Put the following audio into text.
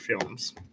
films